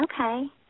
Okay